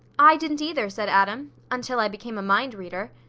i didn't either, said adam, until i became a mind reader.